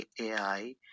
ai